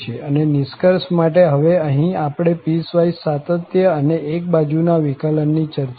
અને નિષ્કર્ષ માટે હવે અહીં આપણે પીસવાઈસ સાતત્ય અને એક બાજુ ના વિકલન ની ચર્ચા કરી